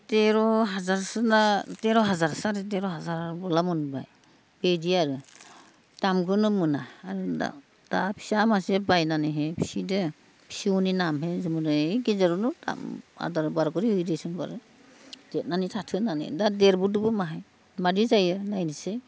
तेर' हाजारसो सारे तेर' हाजारसो सारे तेर' हाजारबोला मोनबाय बेबायदि आरो दामखोनो मोना दा दा फिसा मासे बायनानैहै फिसिदो फिसौनि नामहैजेदै गेजेरावनो आदार बाराकरि होयो देसुन बारु देरनानै थाथो होननानै दा देरबोदो माहाय माबादि जायो नायनोसै